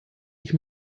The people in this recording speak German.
ich